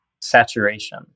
saturation